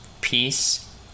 Peace